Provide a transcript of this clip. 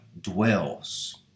dwells